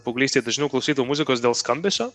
paauglystėje dažniau klausydavau muzikos dėl skambesio